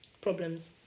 problems